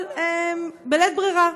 אבל בלית ברירה.